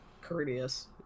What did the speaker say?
courteous